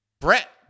Brett